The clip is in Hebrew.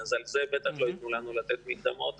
על זה בטח לא ייתנו לנו לתת מקדמות,